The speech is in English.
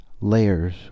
layers